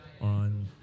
on